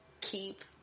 keep